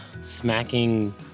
smacking